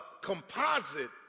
composite